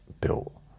built